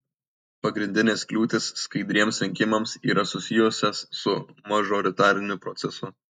pagrindinės kliūtys skaidriems rinkimams yra susijusios su mažoritariniu procesu